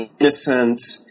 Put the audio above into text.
innocent